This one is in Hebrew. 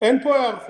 אין פה היערכות